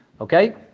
Okay